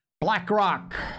BlackRock